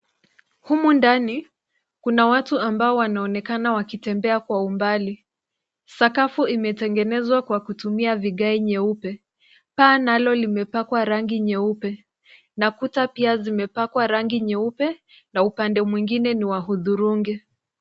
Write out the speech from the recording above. Humu ndani kuna watu ambao wanaonekana wakitembea kwa umbali. Sakafu imetegenezwa kwa kutumia vigae nyeupe. Paa nalo limepakwa rangi nyeupe na kuta pia zimepakwa rangi nyeupe na upande mwingine ni wa hudhurungi.